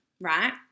right